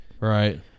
Right